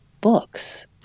books